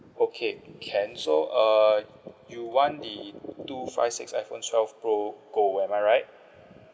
okay can so err you want the two five six iPhone twelve pro gold am I right